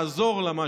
לעזור לה,